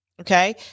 Okay